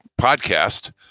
podcast